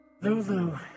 Lulu